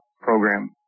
program